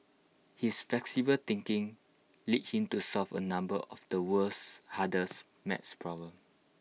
his flexible thinking led him to solve A number of the world's hardest math problems